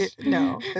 No